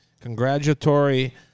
congratulatory